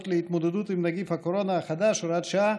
להתמודדות עם נגיף הקורונה החדש (הוראת שעה),